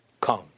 come